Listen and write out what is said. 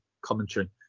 commentary